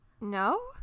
no